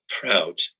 Proud